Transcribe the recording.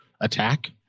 attack